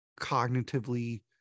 cognitively